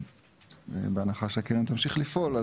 ובהנחה שהקרן תמשיך לפעול,